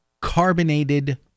Carbonated